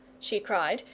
she cried.